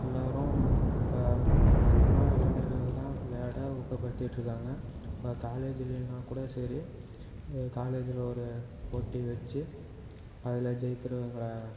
எல்லோரும் இப்போ அதிகமாக இளைஞர்கள் தான் விளையாட்டை ஊக்கப்படுத்திட்டு இருக்காங்க இப்போ காலேஜ்லேனா கூட சரி இப்போ காலேஜியில் ஒரு போட்டி வெச்சு அதில் ஜெய்க்கிறவங்களை